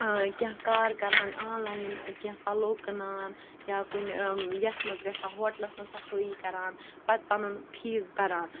کینٛہہ کار کَران آنلاین کینٛہہ پَلو کٕنان یا کُنہِ یَتھ منٛز گژھان ہوٹلَس منٛز صفٲیی کَران پَتہٕ پَنُن فیٖس بَران